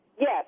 Yes